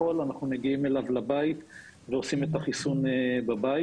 את יכולה בבקשה לחזור על הנתונים - מה כמות מרותקי הבית שחוסנו ובאיזו